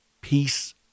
peace